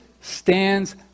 stands